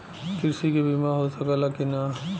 कृषि के बिमा हो सकला की ना?